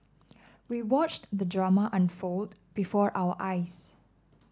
we watched the drama unfold before our eyes